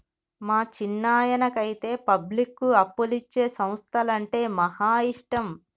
మా చిన్నాయనకైతే పబ్లిక్కు అప్పులిచ్చే సంస్థలంటే మహా ఇష్టం